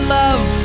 love